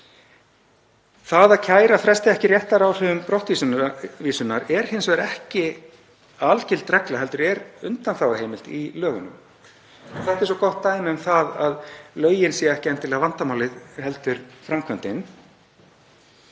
Það að kæra fresti ekki réttaráhrifum brottvísunar er hins vegar ekki algild regla heldur er undanþáguheimild í lögunum. Þetta er svo gott dæmi um að lögin séu ekki endilega vandamálið heldur framkvæmdin